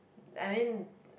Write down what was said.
I mean